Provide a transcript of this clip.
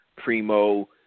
Primo